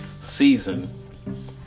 season